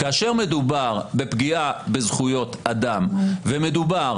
כאשר מדובר בפגיעה בזכויות אדם ומדובר